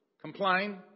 complain